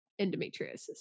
endometriosis